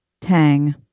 tang